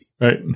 Right